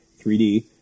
3d